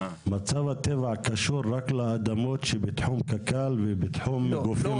מצב הטבע קשור רק לאדמות שבתחום קק"ל ובתחום גופים אחרים -- לא,